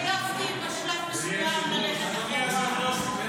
אני העדפתי בשלב מסוים ללכת אחורה,